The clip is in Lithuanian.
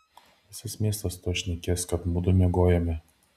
visas miestas tuoj šnekės kad mudu miegojome